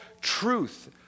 truth